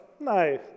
No